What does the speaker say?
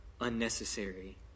unnecessary